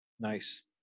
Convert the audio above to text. Nice